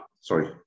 sorry